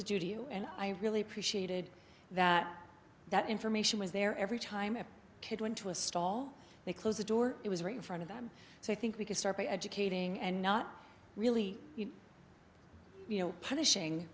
you and i really appreciated that that information was there every time a kid went to a stall they closed the door it was really front of them so i think we could start by educating and not really you know punishing